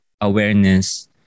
awareness